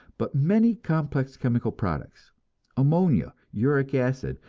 but many complex chemical products ammonia, uric acid,